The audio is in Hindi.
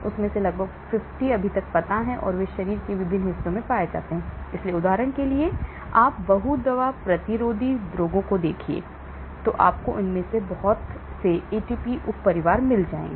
उनमें से लगभग 50 ज्ञात हैं और वे शरीर के विभिन्न हिस्सों में पाए जाते हैं इसलिए उदाहरण के लिए यदि आप बहु दवा प्रतिरोधी रोगों को देखते हैं तो आपको इनमें से बहुत से ATPs उपपरिवार मिल जाएंगे